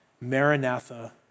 Maranatha